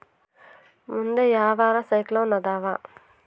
ಮುಂದೆ ಯಾವರ ಸೈಕ್ಲೋನ್ ಅದಾವ?